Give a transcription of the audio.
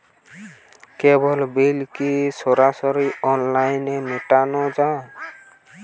কেবল bill কি সরাসরি অনলাইনে মেটানো য়ায়?